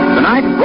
Tonight